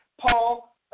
Paul